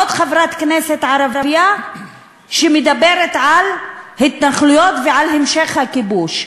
עוד חברת כנסת ערבייה שמדברת על התנחלויות ועל המשך הכיבוש.